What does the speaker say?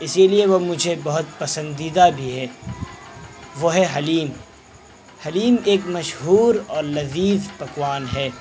اسی لیے وہ مجھے بہت پسندیدہ بھی ہے وہ ہے حلیم حلیم ایک مشہور اور لذیذ پکوان ہے